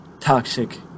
toxic